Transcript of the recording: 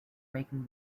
making